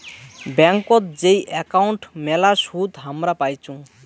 ব্যাংকোত যেই একাউন্ট মেলা সুদ হামরা পাইচুঙ